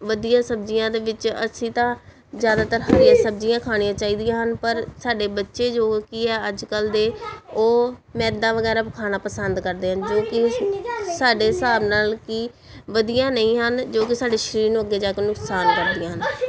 ਵਧੀਆ ਸਬਜ਼ੀਆਂ ਦੇ ਵਿੱਚ ਅਸੀਂ ਤਾਂ ਜਿਆਦਾਤਰ ਹਰੀਆਂ ਸਬਜ਼ੀਆਂ ਖਾਣੀਆਂ ਚਾਹੀਦੀਆਂ ਹਨ ਪਰ ਸਾਡੇ ਬੱਚੇ ਜੋ ਕਿ ਹੈ ਅੱਜ ਕੱਲ ਦੇ ਉਹ ਮੈਦਾ ਵਗੈਰਾ ਖਾਣਾ ਪਸੰਦ ਕਰਦੇ ਹਨ ਜੋ ਕਿ ਸਾਡੇ ਹਿਸਾਬ ਨਾਲ ਕਿ ਵਧੀਆ ਨਹੀਂ ਹਨ ਜੋ ਕਿ ਸਾਡੇ ਸਰੀਰ ਨੂੰ ਅੱਗੇ ਜਾ ਕੇ ਨੁਕਸਾਨ ਕਰਦੀਆਂ ਹਨ